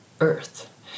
Earth